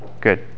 good